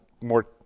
more